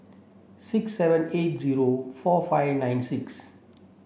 six seven eight zero four five nine six